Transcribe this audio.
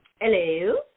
Hello